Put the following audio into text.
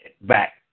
back